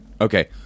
Okay